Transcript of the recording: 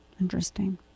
Interesting